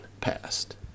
passed